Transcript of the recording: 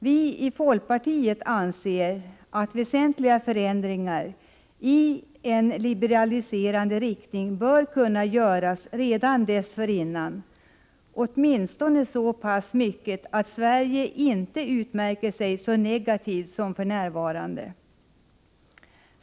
Vi i folkpartiet anser att väsentliga förändringar i en liberaliserande riktning bör kunna göras redan dessförinnan, åtminstone så pass mycket att Sverige inte utmärker sig så negativt som för närvarande.